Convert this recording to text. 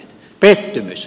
pettymys